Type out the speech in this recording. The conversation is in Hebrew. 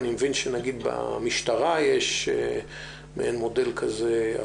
אני מבין שבמשטרה יש מודל כזה.